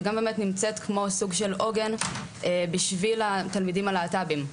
וגם באמת נמצאת כמו סוג של עוגן בשביל התלמידים הלהטב"ים,